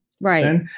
Right